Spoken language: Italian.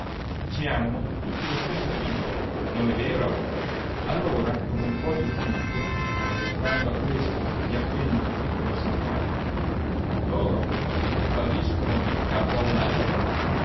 ci hanno tutti lo stesso diritto non è vero allora con un po di giudizio anticipando a questo e a quello una piccola somma loro falliscono in capo